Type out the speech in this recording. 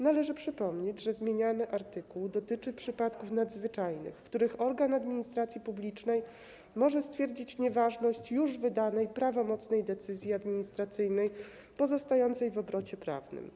Należy przypomnieć, że zmieniany artykuł dotyczy przypadków nadzwyczajnych, w których organ administracji publicznej może stwierdzić nieważność już wydanej, prawomocnej decyzji administracyjnej pozostającej w obrocie prawnym.